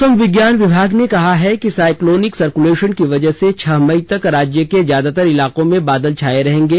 मौसम विज्ञान विभाग ने कहा है कि साइक्लोनिक सरक्लेशन की वजह से छह मई तक राज्य के ज्यादातर इलाके में बादल छाए रहेंगे